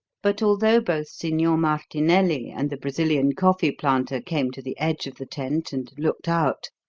but although both signor martinelli and the brazilian coffee planter came to the edge of the tent and looked out,